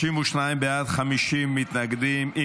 32 בעד, 50 מתנגדים.